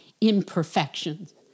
imperfections